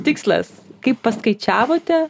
tikslas kaip paskaičiavote